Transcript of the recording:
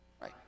Right